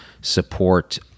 support